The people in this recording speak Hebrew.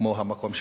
כמו המקום שלנו.